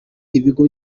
ibigo